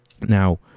now